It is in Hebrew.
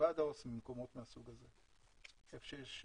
מברבדוס וממקומות מהסוג הזה, כך שיש